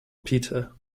peter